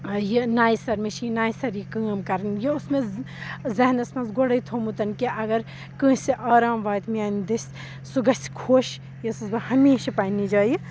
یہِ نَیہِ سَر مےٚ چھِ یہِ نَیہِ سَر یہِ کٲم کَرٕنۍ یہِ اوس مےٚ ذہنَس منٛز گۄڈَے تھوٚمُت کہِ اَگَر کٲنٛسہِ آرام واتہِ میٛانہِ دِژ سُہ گَژھِ خۄش یۄس بہٕ ہمیشہِ پنٛنہِ جایہِ